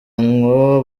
ngo